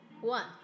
One